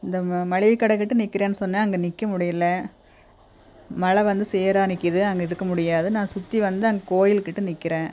இந்த மளிகை கடைக்கிட்டே நிற்கிறேன்னு சொன்னேன் அங்கே நிற்க முடியலை மழை வந்து சேறாக நிற்கிது அங்கே இருக்க முடியாது நான் சுற்றி வந்து அங்கே கோவில் கிட்டே நிற்கிறேன்